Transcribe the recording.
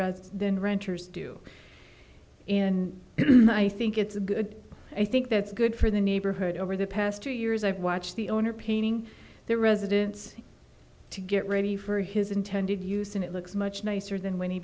appeal then renters do and i think it's a good i think that's good for the neighborhood over the past two years i've watched the owner painting the residence to get ready for his intended use and it looks much nicer than when he